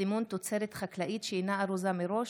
(סימון תוצרת חקלאית שאינה ארוזה מראש),